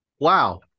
Wow